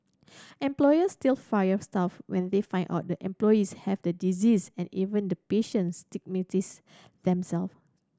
employers still fire staff when they find out the employees have the disease and even the patients stigmatise themselves